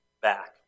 back